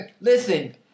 Listen